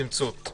בתמצות.